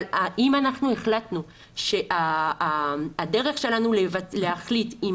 אבל אם החלטנו שהדרך שלנו להחליט אם